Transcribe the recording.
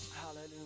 hallelujah